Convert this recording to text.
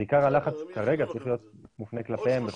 עיקר הלחץ כרגע צריך להיות מופנה אליהם.